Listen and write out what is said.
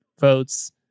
votes